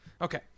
Okay